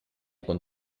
con